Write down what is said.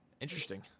interesting